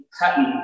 pattern